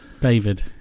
David